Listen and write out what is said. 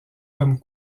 comme